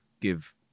give